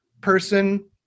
person